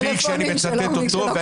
כשאני מצטט אותו,